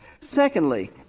Secondly